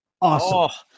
Awesome